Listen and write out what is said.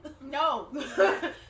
No